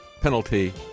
penalty